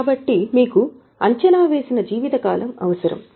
కాబట్టి మీకు అంచనా వేసిన జీవిత కాలం అవసరం